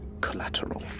Collateral